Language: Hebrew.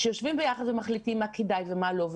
הם יושבים ביחד ומחליטים מה כדאי ומה לא,